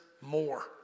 more